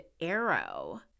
Arrow